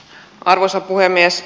arvoisa puhemies